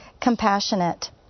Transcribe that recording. compassionate